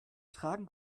tragen